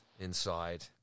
inside